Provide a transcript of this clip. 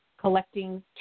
collecting